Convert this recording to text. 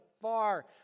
far